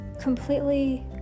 completely